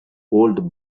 old